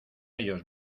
ellos